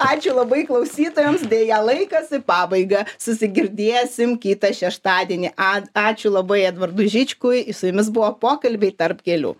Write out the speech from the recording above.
ačiū labai klausytojams deja laikas į pabaigą susigirdėsim kitą šeštadienį ad ačiū labai edvardui žičkui su jumis buvo pokalbiai tarp gėlių